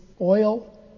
oil